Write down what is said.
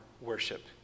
worship